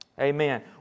Amen